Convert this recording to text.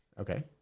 Okay